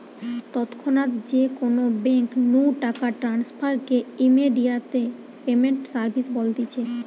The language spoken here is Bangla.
তৎক্ষণাৎ যে কোনো বেঙ্ক নু টাকা ট্রান্সফার কে ইমেডিয়াতে পেমেন্ট সার্ভিস বলতিছে